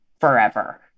forever